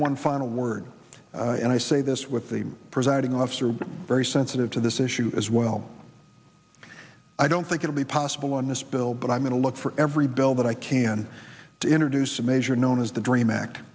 one final word and i say this with the presiding officer very sensitive to this issue as well i don't think it will be possible on this bill but i'm going to look for every bill that i can to introduce a measure known as the dream act